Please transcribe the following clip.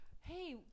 hey